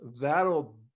that'll